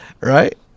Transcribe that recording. right